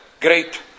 great